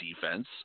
defense